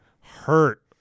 hurt